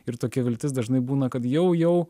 ir tokia viltis dažnai būna kad jau jau